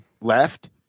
left